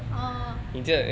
orh